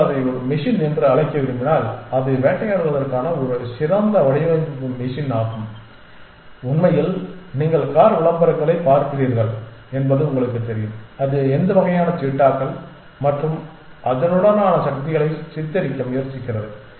நீங்கள் அதை ஒரு மெஷின் என்று அழைக்க விரும்பினால் அது வேட்டையாடுவதற்கான ஒரு சிறந்த வடிவமைப்பு மெஷின் ஆகும் உண்மையில் நீங்கள் கார் விளம்பரங்களைப் பார்க்கிறீர்கள் என்பது உங்களுக்குத் தெரியும் அது எந்த வகையான சீட்டாக்கள் மற்றும் அதனுடனான சக்திகளை சித்தரிக்க முயற்சிக்கிறது